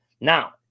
Now